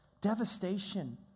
devastation